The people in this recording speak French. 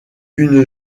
une